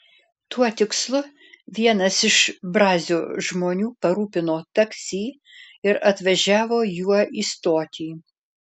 tuo tikslu vienas iš brazio žmonių parūpino taksi ir atvažiavo juo į stotį